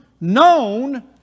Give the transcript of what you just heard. known